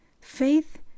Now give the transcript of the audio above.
Faith